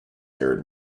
arid